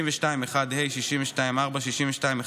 62(1)(ה), 62(4), 62(11), 62(14)